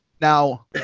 now